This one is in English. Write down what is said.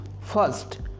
First